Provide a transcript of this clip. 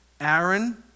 Aaron